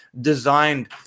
designed